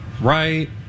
Right